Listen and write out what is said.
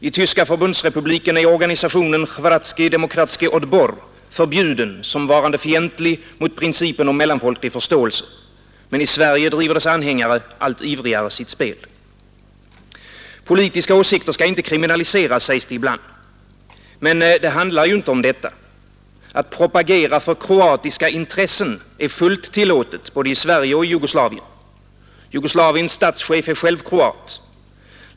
I Tyska förbundsrepubliken är organisationen Hrvatski Demokratski Odbor förbjuden såsom varande fientlig mot principen om mellanfolklig förståelse. Men i Sverige driver dess anhängare allt ivrigare sitt spel. Politiska åsikter skall inte kriminaliseras, sägs det ibland. Men det handlar inte om detta. Att propagera för kroatiska intressen är fullt tillåtet i både Sverige och Jugoslavien. Jugoslaviens statschef är själv kroat.